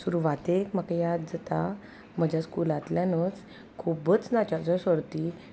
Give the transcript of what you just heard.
सुरवातेक म्हाका याद जाता म्हज्या स्कुलांतल्यानच खुबच नाचचो सर्ती